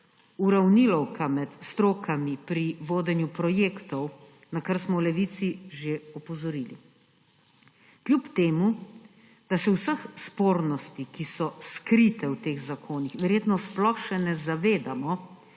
uravnilovka med strokami pri vodenju projektov, na kar smo v Levici že opozorili. Kljub temu da se vseh spornosti, ki so skrite v teh zakonih, verjetno sploh še ne zavedamo,